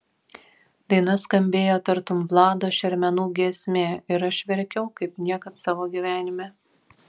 daina skambėjo tartum vlado šermenų giesmė ir aš verkiau kaip niekad savo gyvenime